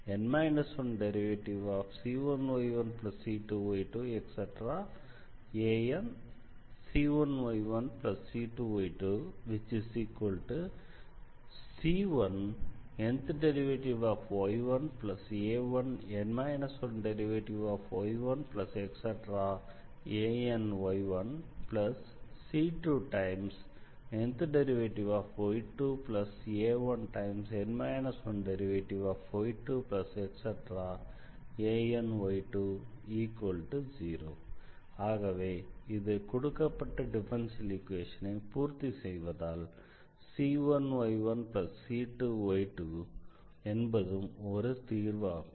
dndxnc1y1c2y2a1dn 1dxn 1c1y1c2y2anc1y1c2y2 c1dndxny1a1dn 1dxn 1y1any1c2dndxny2a1dn 1dxn 1y2any20 ஆகவே இது கொடுக்கப்பட்ட டிஃபரன்ஷியல் ஈக்வேஷனை பூர்த்தி செய்வதால் c1y1c2y2 என்பதும் ஒரு தீர்வு ஆகும்